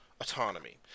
autonomy